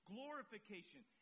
Glorification